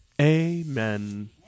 Amen